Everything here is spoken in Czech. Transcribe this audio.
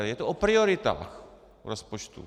Je to o prioritách v rozpočtu.